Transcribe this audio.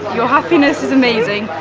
your happiness is amazing,